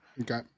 okay